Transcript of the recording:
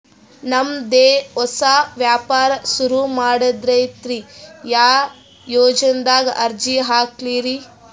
ನಮ್ ದೆ ಹೊಸಾ ವ್ಯಾಪಾರ ಸುರು ಮಾಡದೈತ್ರಿ, ಯಾ ಯೊಜನಾದಾಗ ಅರ್ಜಿ ಹಾಕ್ಲಿ ರಿ?